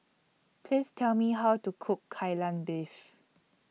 Please Tell Me How to Cook Kai Lan Beef